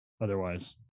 otherwise